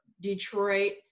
Detroit